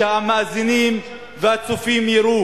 שהמאזינים והצופים יראו